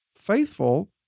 faithful